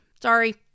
Sorry